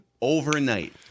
Overnight